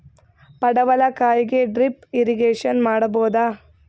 ಪಡವಲಕಾಯಿಗೆ drip irrigation ಮಾಡಬೋದ?